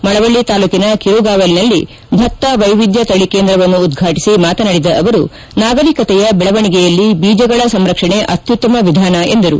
ಮಳವಳ್ಳಿ ತಾಲೂಕನ ಕಿರುಗಾವಲಿನಲ್ಲಿ ಭತ್ತ ವೈವಿಧ್ಯ ತಳಿ ಕೇಂದ್ರವನ್ನು ಉದ್ಘಾಟಿಸಿ ಮಾತನಾಡಿದ ಅವರು ನಾಗರಿಕತೆಯ ಬೆಳವಣಿಗೆಯಲ್ಲಿ ಬೀಜಗಳ ಸಂರಕ್ಷಣೆ ಅತ್ಯುತ್ತಮ ವಿಧಾನ ಎಂದರು